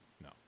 No